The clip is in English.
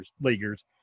leaguers